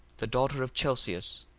the daughter of chelcias,